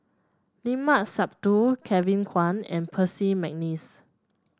Limat Sabtu Kevin Kwan and Percy McNeice